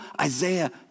Isaiah